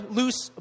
loose